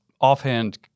offhand